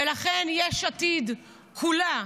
ולכן יש עתיד כולה